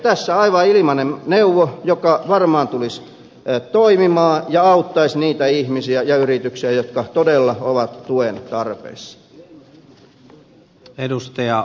tässä aivan ilmainen neuvo joka varmaan tulisi toimimaan ja auttaisi niitä ihmisiä ja yrityksiä jotka todella ovat tuen tarpeessa